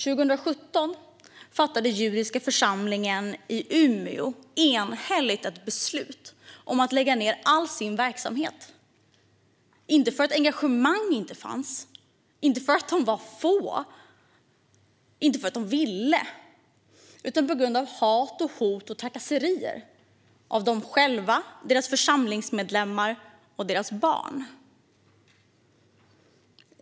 År 2017 fattade den judiska församlingen i Umeå enhälligt beslut om att lägga ned all sin verksamhet - inte för att engagemang inte fanns, inte för att de var för få, inte för att de ville utan på grund av hat och hot och trakasserier riktade mot dem själva, deras församlingsmedlemmar och deras barn.